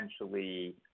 essentially